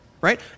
right